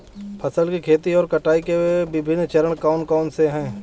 फसल की खेती और कटाई के विभिन्न चरण कौन कौनसे हैं?